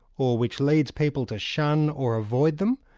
or which leads people to shun or avoid them,